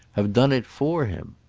have done it for him.